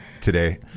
today